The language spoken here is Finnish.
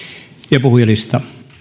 ja puhujalistaan